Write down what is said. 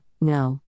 no